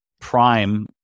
Prime